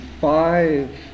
five